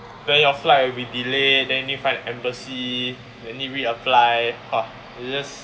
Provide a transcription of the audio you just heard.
then your flight will be delayed then you need to find the embassy then you need to reapply !wah! it's just